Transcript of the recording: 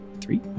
three